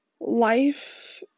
life